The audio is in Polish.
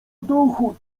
dochód